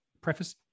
preface